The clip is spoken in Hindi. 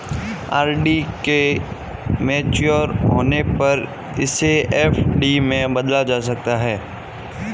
आर.डी के मेच्योर होने पर इसे एफ.डी में बदला जा सकता है